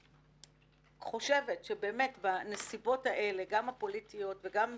אני חושבת שבנסיבות האלה, גם הפוליטיות וגם בכלל,